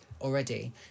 already